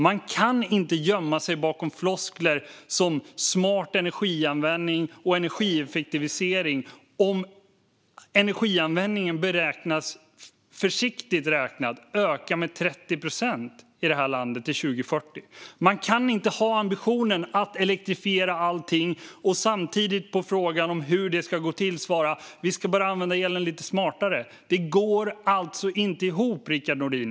Man kan inte gömma sig bakom floskler som smart energianvändning och energieffektivisering om energianvändningen, försiktigt räknat, beräknas öka med 30 procent i det här landet till 2040. Man kan inte ha ambitionen att elektrifiera allting och samtidigt på frågan om hur det ska gå till svara: Vi ska bara använda elen lite smartare. Det går inte ihop, Rickard Nordin!